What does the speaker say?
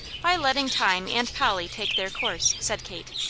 by letting time and polly take their course, said kate.